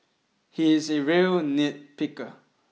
he is a real nitpicker